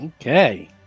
Okay